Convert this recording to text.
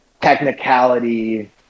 technicality